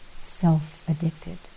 self-addicted